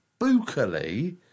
spookily